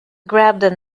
grabbed